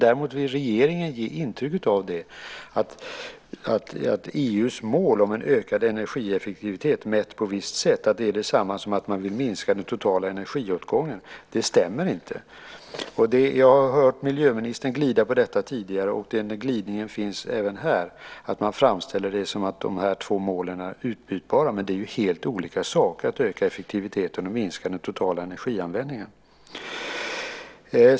Däremot vill regeringen ge intryck av att EU:s mål om en ökad energieffektivitet, mätt på ett visst sätt, är detsamma som att man vill minska den totala energiåtgången. Det stämmer inte. Jag har tidigare hört miljöministern glida på detta, och den glidningen finns även här. Man framställer det som att de här två målen är utbytbara, men det är ju helt olika saker att öka effektiviteten och att minska den totala energianvändningen.